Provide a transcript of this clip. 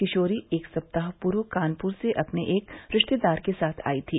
किशोरी एक सप्ताह पूर्व कानप्र से अपने एक रिश्तेदार के साथ आयी थी